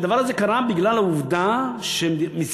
הדבר הזה קרה בגלל העובדה שבמצרים,